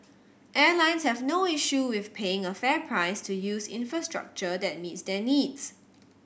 airlines have no issue with paying a fair price to use infrastructure that meets their needs